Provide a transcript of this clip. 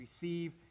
receive